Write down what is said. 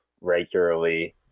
regularly